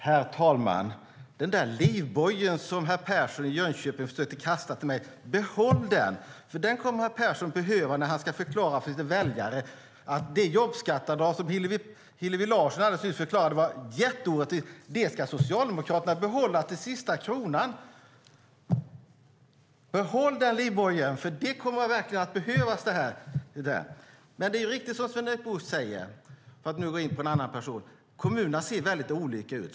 Herr talman! Den där livbojen som herr Persson i Jönköping försökte kasta till mig tycker jag att han ska behålla, för den kommer herr Persson att behöva när han ska förklara för sina väljare att det jobbskatteavdrag som Hillevi Larsson förklarade är jätteorättvist ska Socialdemokraterna behålla till sista kronan. Behåll den livbojen, för den kommer verkligen att behövas. Det är riktigt som Sven-Erik Bucht säger att kommunerna ser väldigt olika ut.